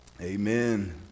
Amen